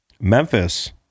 Memphis